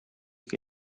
che